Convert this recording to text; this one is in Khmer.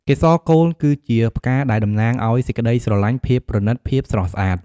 កេសរកូល គឺជាផ្កាដែលតំណាងអោយសេចក្ដីស្រលាញ់ ភាពប្រណិត ភាពស្រស់ស្អាត។